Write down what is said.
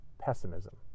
pessimism